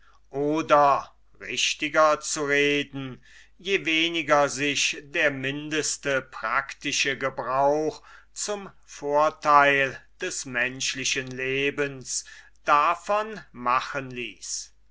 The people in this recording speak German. oder richtiger zu reden je weniger sich der mindeste praktische gebrauch zum vorteil des menschlichen lebens davon machen ließ